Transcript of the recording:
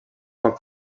poc